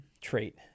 trait